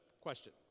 question